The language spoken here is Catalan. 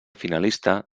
finalista